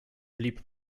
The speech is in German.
blieb